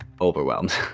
overwhelmed